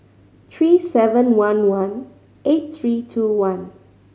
three seven one one eight three two one